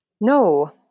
No